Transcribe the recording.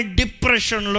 depression